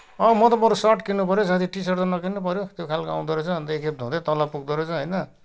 म त बरु सर्ट किन्नुपऱ्यो हो साथी टि सर्ट त नकिन्नपऱ्यो त्यो खालको आउँदो रहेछ अनि त एकखेप धुँदै तल पुग्दो रहेछ होइन